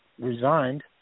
resigned